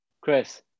Chris